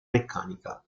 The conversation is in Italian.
meccanica